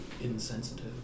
insensitive